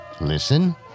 listen